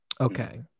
Okay